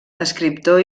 escriptor